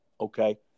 Okay